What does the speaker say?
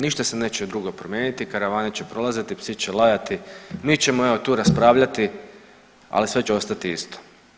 Ništa se neće drugo promijeniti, karavane će prolaziti, psi će lajati, mi ćemo evo tu raspravljati ali sve će ostati isto.